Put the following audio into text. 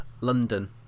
London